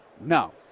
No